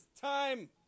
time